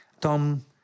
Tom